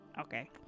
okay